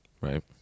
Right